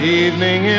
evening